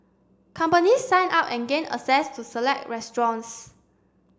companies sign up and gain access to select restaurants